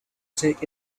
take